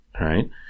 Right